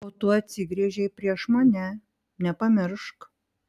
o tu atsigręžei prieš mane nepamiršk